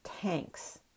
tanks